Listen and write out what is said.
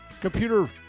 computer